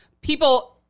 people